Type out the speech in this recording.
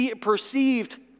perceived